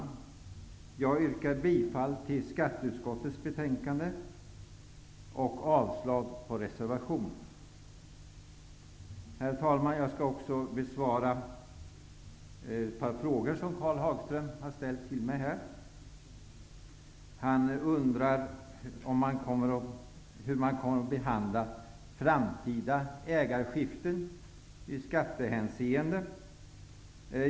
Jag yrkar bifall till utskottets hemställan och avslag på reservationen. Herr talman! Jag vill också besvara ett par frågor som Karl Hagström har ställt till mig. Han undrar hur framtida ägarskiften kommer att behandlas i skattehänseende.